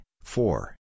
four